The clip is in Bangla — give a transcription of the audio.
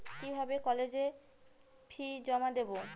কিভাবে কলেজের ফি জমা দেবো?